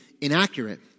inaccurate